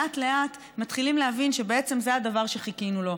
לאט-לאט מתחילים להבין שבעצם זה הדבר שחיכינו לו.